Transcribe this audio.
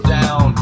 down